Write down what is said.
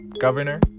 governor